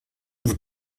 vous